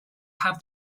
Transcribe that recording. have